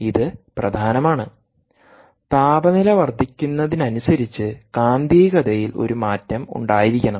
ഇത് പ്രധാനമാണ് താപനില വർദ്ധിക്കുന്നതിനനുസരിച്ച് കാന്തികതയിൽ ഒരു മാറ്റം ഉണ്ടായിരിക്കണം